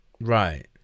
Right